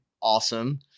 Awesome